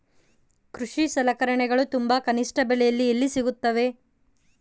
ಕೃಷಿ ಸಲಕರಣಿಗಳು ತುಂಬಾ ಕನಿಷ್ಠ ಬೆಲೆಯಲ್ಲಿ ಎಲ್ಲಿ ಸಿಗುತ್ತವೆ?